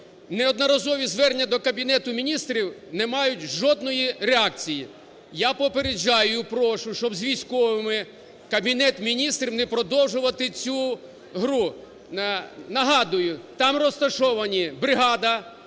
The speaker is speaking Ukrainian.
Неодноразові звернення до Кабінету Міністрів не мають жодної реакції. Я попереджаю, прошу, щоб з військовими Кабінет Міністрів не продовжувати цю гру. Нагадую, там розташовані бригада,